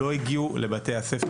לא הגיעו לבתי הספר.